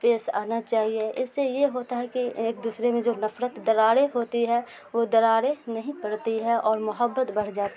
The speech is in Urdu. پیش آنا چاہیے اس سے یہ ہوتا ہے کہ ایک دوسرے میں جو نفرت دراڑے ہوتی ہے وہ دراڑے نہیں پڑتی ہے اور محبت بڑھ جاتی ہے